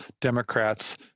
Democrats